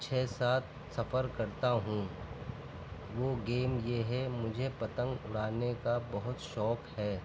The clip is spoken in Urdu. چھ سات سفر کرتا ہوں وہ گیم یہ ہے مجھے پتنگ اُڑانے کا بہت شوق ہے